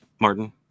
martin